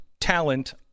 talent